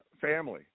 family